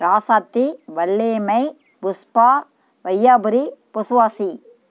Rasathi Valliammai Pushpa Vaiyapuri பொசுவாசி